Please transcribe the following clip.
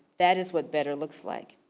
that is what better looks like.